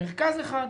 מרכז אחד.